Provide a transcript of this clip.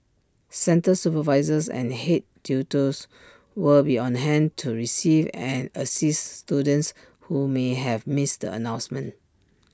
centre supervisors and Head tutors will be on hand to receive and assist students who may have missed the announcement